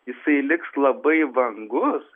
jisai liks labai vangus